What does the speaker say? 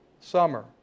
summer